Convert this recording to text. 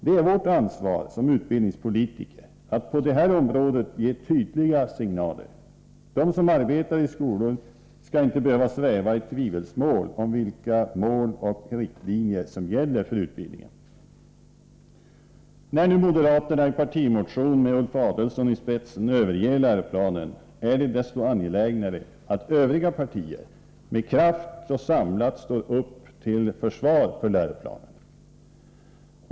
Det är vårt ansvar som utbildningspolitiker att på det här området ge tydliga signaler. De som arbetar i skolorna skall inte behöva sväva i tvivelsmål om vilka mål och riktlinjer som gäller för utbildningen. När nu moderaterna i en partimotion med Ulf Adelsohn i spetsen överger läroplanen, är det desto angelägnare att övriga partier med kraft och samlat står upp till försvar för läroplanen.